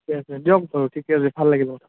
ঠিকে আছে দিয়ক ঠিকে আছে ভাল লাগিল বাৰু